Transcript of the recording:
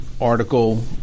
article